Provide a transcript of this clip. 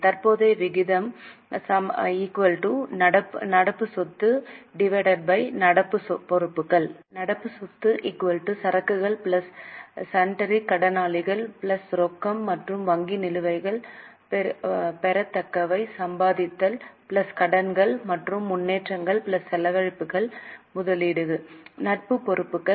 தற்போதைய விகிதம் நடப்பு சொத்து நடப்பு பொறுப்புகள் இ ங்கே நடப்பு சொத்து சிஏ சரக்குகள் சன்ட்ரி கடனாளிகள் ரொக்கம் மற்றும் வங்கி நிலுவைகள் பெறத்தக்கவை சம்பாதித்தல் கடன்கள் மற்றும் முன்னேற்றங்கள் செலவழிப்பு முதலீடுகள் நடப்பு பொறுப்புகள் சி